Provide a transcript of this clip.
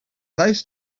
those